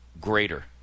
greater